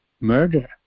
Murder